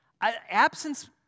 Absence